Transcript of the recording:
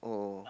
oh